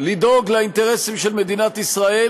לדאוג לאינטרסים של מדינת ישראל,